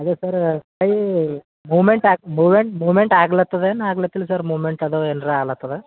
ಅದೇ ಸರ್ ಕೈ ಮೂವ್ಮೆಂಟ್ ಆಕ ಮೂವ್ಮೆಂಟ್ ಮೂವ್ಮೆಂಟ್ ಆಗಲ ಹತ್ತದಾ ಏನು ಆಗಲತ್ತಿಲ್ಲ ಸರ್ ಮೂವ್ಮೆಂಟ್ ಅದವಾ ಏನಾರು ಆಗಲಕ್ಕತ್ತದ